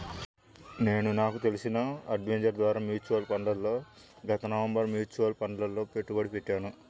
నేను నాకు తెలిసిన అడ్వైజర్ ద్వారా మ్యూచువల్ ఫండ్లలో గత నవంబరులో మ్యూచువల్ ఫండ్లలలో పెట్టుబడి పెట్టాను